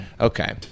Okay